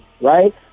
right